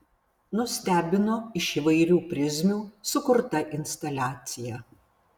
nustebino iš įvairių prizmių sukurta instaliacija